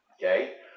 Okay